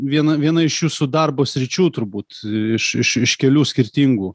viena viena iš jūsų darbo sričių turbūt iš iš iš kelių skirtingų